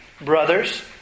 brothers